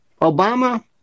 Obama